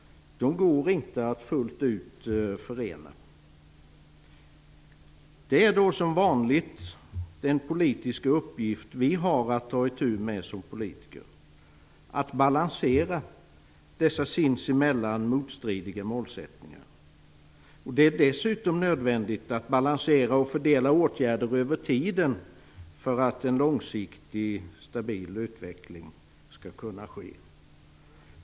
De går inte att förena fullt ut. Som vanligt är den uppgift vi som politiker har att ta itu med att balansera dessa motstridiga målsättningar. Det är dessutom nödvändigt att balansera och fördela åtgärder över tiden för att en långsiktig, stabil utveckling skall vara möjlig.